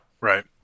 Right